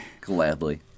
gladly